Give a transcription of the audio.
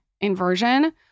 inversion